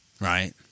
Right